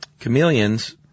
chameleons